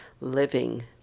living